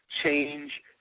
change